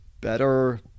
better